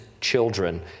children